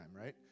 right